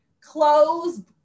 clothes